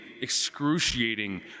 excruciating